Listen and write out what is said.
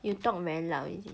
you talk very loud is it